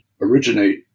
originate